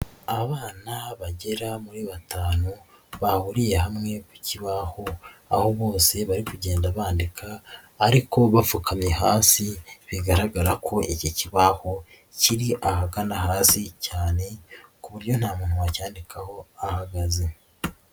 Abana bagera muri batanu bahuriye hamwe ku kibaho aho bose bari kugenda bandika ariko bapfukamye hasi bigaragara ko iki kibaho kiri ahagana hasi cyane ku buryo nta muntu wacyandikaho ahagaze.